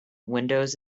windows